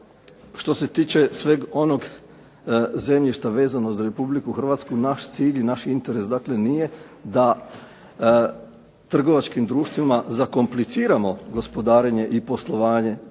Što se tiče sveg onog zemljišta vezano za Republiku Hrvatsku naš cilj i naš interes dakle nije da trgovačkim društvima zakompliciramo gospodarenje i poslovanje